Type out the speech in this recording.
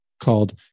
called